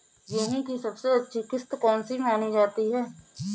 गेहूँ की सबसे अच्छी किश्त कौन सी मानी जाती है?